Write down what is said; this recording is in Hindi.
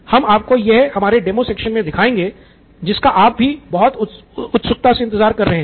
हम आपको यह हमारे डेमो सेक्शन में दिखाएँगे जिसका आप भी बहुत ही उत्सुकता से इंतज़ार कर रहे हैं